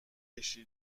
ﻧﻌﺮه